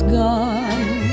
gone